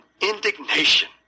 indignation